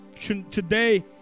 today